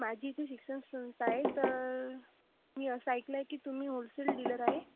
माझी इथे शिक्षणसंस्था आहे तर मी असं ऐकलं आहे की तुम्ही होलसेल डीलर आहे